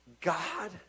God